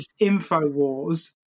InfoWars